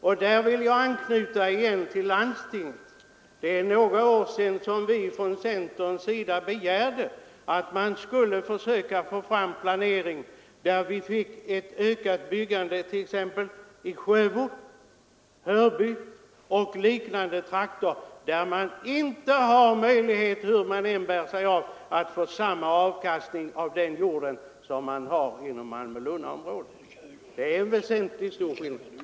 Jag vill åter anknyta till landstingen. För några år sedan begärde vi från centerns sida att man skulle försöka få fram planering för ett ökat byggande i t.ex. Sjöbo, Hörby och liknande trakter — där det inte finns möjlighet, hur man än bär sig åt, att få samma avkastning av jorden som inom Malmö-Lundområdet. Det är en väsentlig skillnad.